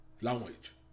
language